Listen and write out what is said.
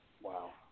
Wow